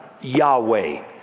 Yahweh